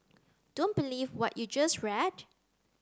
don't believe what you just read